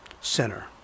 center